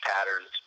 patterns